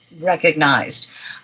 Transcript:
recognized